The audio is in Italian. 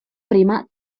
prima